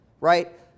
Right